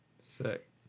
Sick